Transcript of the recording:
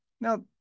Now